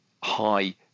high